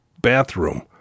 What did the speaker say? bathroom